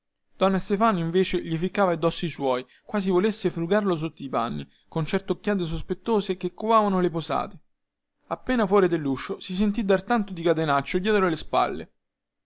donna stefana invece gli ficcava addosso i suoi quasi volesse frugarlo sotto i panni con certe occhiate sospettose che covavano le posate appena fuori delluscio si sentì dar tanto di catenaccio dietro le spalle